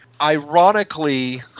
Ironically